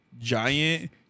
giant